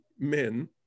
men